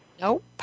Nope